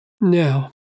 Now